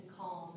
calm